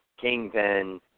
Kingpin